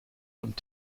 und